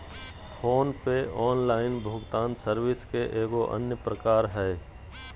phone पे online भुगतान service के एगो अन्य प्रकार हय